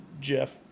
Jeff